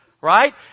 right